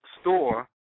store